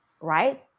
right